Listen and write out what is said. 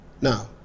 Now